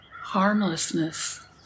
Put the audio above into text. Harmlessness